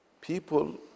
people